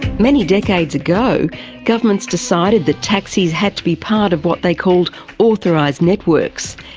many decades ago governments decided that taxis had to be part of what they called authorised networks.